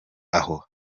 aho